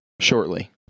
shortly